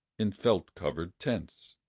in felt-covered tents.